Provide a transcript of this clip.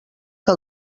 que